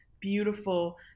beautiful